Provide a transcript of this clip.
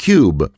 Cube